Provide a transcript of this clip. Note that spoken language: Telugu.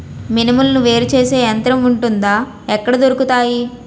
మినుములు వేరు చేసే యంత్రం వుంటుందా? ఎక్కడ దొరుకుతాయి?